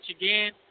again